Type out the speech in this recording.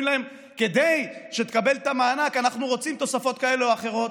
להם: כדי שתקבל את המענק אנחנו רוצים תוספות כאלה או אחרות.